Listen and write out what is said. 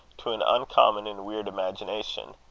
to an uncommon and weird imagination.